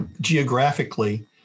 geographically